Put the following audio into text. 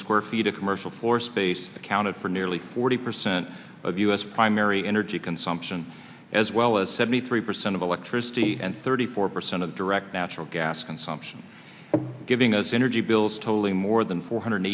square feet of commercial for space accounted for nearly forty percent of u s primary energy consumption as well as seventy three percent of electricity and thirty four percent of direct natural gas consumption giving us energy bills totaling more than four hundred